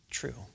true